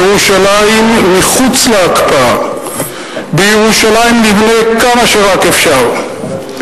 ירושלים מחוץ להקפאה, בירושלים נבנה כמה שרק אפשר.